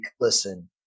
Listen